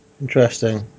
Interesting